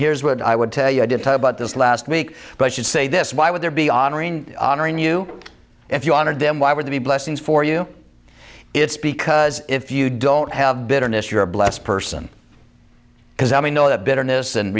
here's what i would tell you i didn't talk about this last week but should say this why would there be honoring honoring you if you honored them why would they be blessings for you it's because if you don't have bitterness you're a blessed person because i know the bitterness and